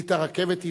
כי את הרכבת יבנו,